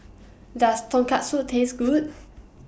Does Tonkatsu Taste Good